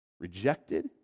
rejected